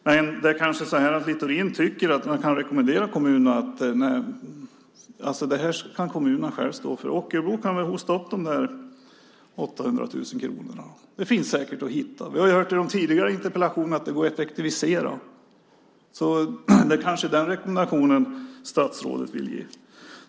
Men Littorin kanske tycker att man kan rekommendera kommunerna att själva stå för det här. Ockelbo kan väl hosta upp de där 800 000 kronorna; de går säkert att hitta! Vi har hört i de tidigare interpellationsdebatterna att det går att effektivisera. Det kanske är den rekommendationen statsrådet vill ge.